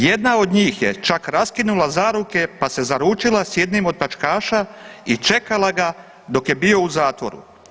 Jedna od njih je čak raskinula zaruke pa se zaručila s jednim od pljačkaša i čekala ga dok je bio u zatvoru.